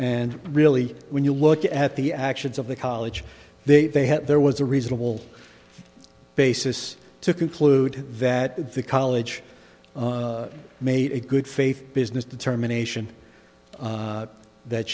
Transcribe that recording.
and really when you look at the actions of the college they they had there was a reasonable basis to conclude that the college made a good faith business determination that